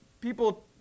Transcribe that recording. people